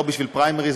לא בשביל פריימריז,